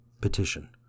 Petition